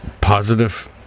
Positive